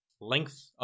length